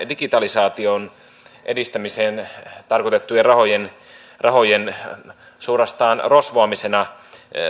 digitalisaation edistämiseen tarkoitettuja rahoja rahoja suorastaan rosvoamisena